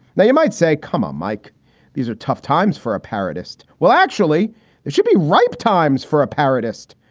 now you might say. come on, mike these are tough times for a paradice. well, actually, there should be ripe times for a paradice, ah?